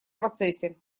процессе